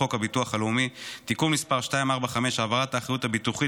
חוק הביטוח הלאומי (תיקון מס' 245) (העברת האחריות הביטוחית